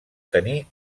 tenir